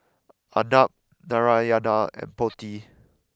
Anab Narayana and Potti